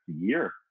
year